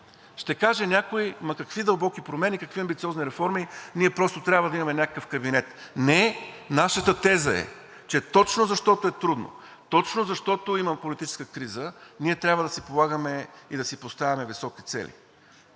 Ще каже някой: „Ама какви дълбоки промени, какви амбициозни реформи, ние просто трябва да имаме някакъв кабинет.“ Не, нашата теза е, че точно защото е трудно, точно защото има политическа криза, ние трябва да си полагаме и да си поставяме високи цели.